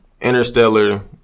Interstellar